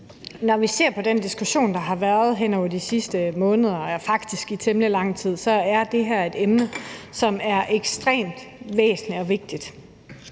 Når vi ser på den diskussion, der har været hen over de sidste måneder – ja, faktisk i temmelig lang tid – så er det her et emne, som er ekstremt væsentligt og vigtigt.